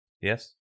Yes